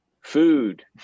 food